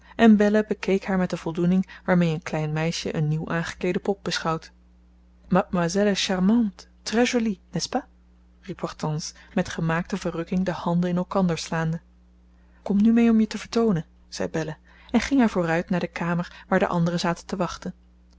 en belle bekeek haar met de voldoening waarmee een klein meisje een nieuw aangekleede pop beschouwt mademoiselle est charmante très joli nest ce pas riep hortense met gemaakte verrukking de handen in elkander slaande kom nu mee om je te vertoonen zei belle en ging haar vooruit naar de kamer waar de anderen zaten te wachten